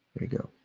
you go.